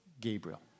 Gabriel